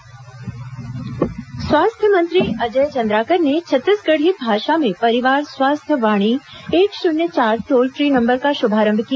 परिवार स्वास्थ्य वाणी स्वास्थ्य मंत्री अजय चंद्राकर ने छत्तीसगढ़ी भाषा में परिवार स्वास्थ्य वाणी एक शून्य चार टोल फ्री नंबर का शुभारंभ किया